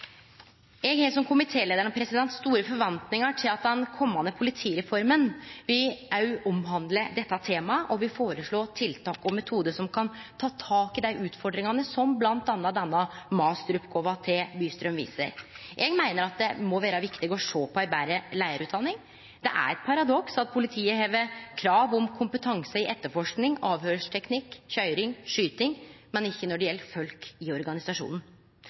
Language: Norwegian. Eg har, som komitéleiaren, store forventningar til at den komande politireforma vil handle om dette temaet og vil føreslå tiltak og metodar som kan ta tak i dei utfordringane som bl.a. masteoppgåva til Bystrøm viser. Eg meiner det må vere viktig å vurdere ei betre leiarutdanning. Det er eit paradoks at det er krav til politiet om kompetanse i etterforsking, avhøyrsteknikk, køyring og skyting, men ikkje når det gjeld folk i organisasjonen.